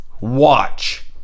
watch